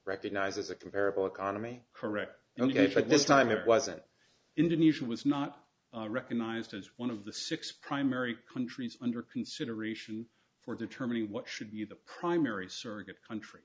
recognised as a comparable economy correct now it's like this time it was at indonesia was not recognised as one of the six primary countries under consideration for determining what should be the primary surrogate country